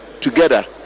together